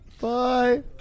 Bye